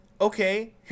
okay